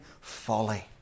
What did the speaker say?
folly